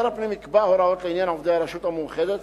שר הפנים יקבע הוראות לעניין עובדי הרשות המאוחדת,